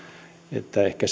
että ehkä